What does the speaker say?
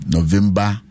November